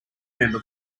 member